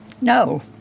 No